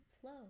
flow